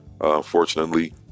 Unfortunately